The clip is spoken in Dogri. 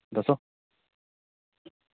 दस्सो